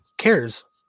cares